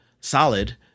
solid